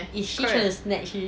is she trying to snatch him